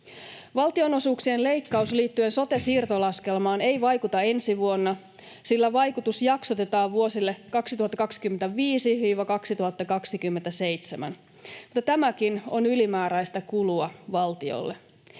Valtionosuuksien leikkaus liittyen sote-siirtolaskelmaan ei vaikuta ensi vuonna, sillä vaikutus jaksotetaan vuosille 2025—2027. Mutta tämäkin on ylimääräistä kulua valtiolle.